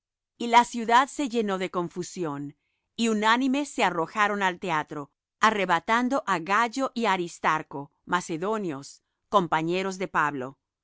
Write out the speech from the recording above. y la ciudad se llenó de confusión y unánimes se arrojaron al teatro arrebatando á gayo y á aristarco macedonios compañeros de pablo